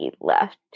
left